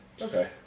Okay